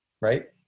Right